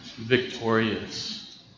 victorious